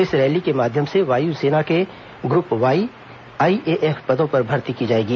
इस रैली के माध्यम से वायुसेना के ग्रुप वाई आईएएफ पदों पर भर्ती की जाएगी